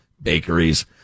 Bakeries